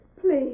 Please